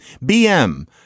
BM